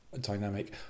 dynamic